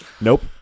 nope